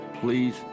Please